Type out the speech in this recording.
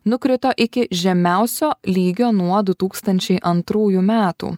nukrito iki žemiausio lygio nuo du tūkstančiai antrųjų metų